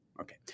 Okay